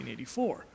1984